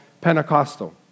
Pentecostal